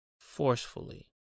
forcefully